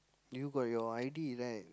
you got your I_D that